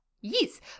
Yes